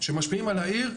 שמשפיעים על העיר,